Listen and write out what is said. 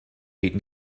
eton